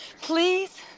Please